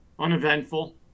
Uneventful